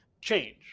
change